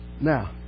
Now